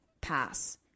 pass